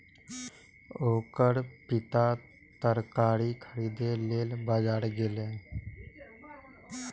ओकर पिता तरकारी खरीदै लेल बाजार गेलैए